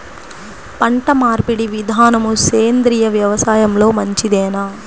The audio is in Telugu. పంటమార్పిడి విధానము సేంద్రియ వ్యవసాయంలో మంచిదేనా?